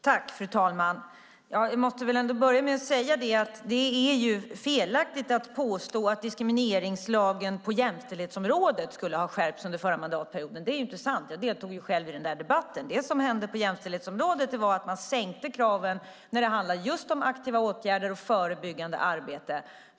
Fru talman! Jag måste börja med att säga att det är fel att påstå att diskrimineringslagen på jämställdhetsområdet skulle ha skärpts under den förra mandatperioden. Det är inte sant. Jag deltog själv i den debatten. Det som hände på jämställdhetsområdet var att man sänkte kraven just när det handlade om aktiva åtgärder och förebyggande arbete.